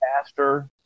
pastor